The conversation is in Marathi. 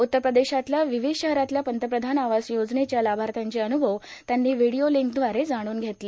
उत्तर प्रदेशातल्या विविध शहरातल्या पंतप्रधान आवास योजनेच्या लाभार्थ्यांचे अन्रभव त्यांनी व्हिडीओलिंकद्वारे जाण्रन घेतले